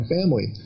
family